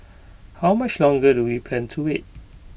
how much longer do we plan to wait